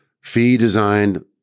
fee-designed